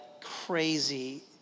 crazy